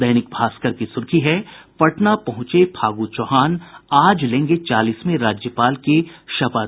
दैनिक भास्कर की सुर्खी है पटना पहुंचे फागु चौहान आज लेंगे चालीसवें राज्यपाल की शपथ